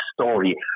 story